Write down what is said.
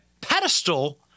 pedestal